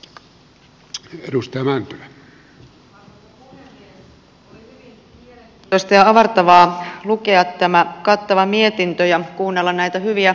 oli hyvin mielenkiintoista ja avartavaa lukea tämä kattava mietintö ja kuunnella näitä hyviä puheenvuoroja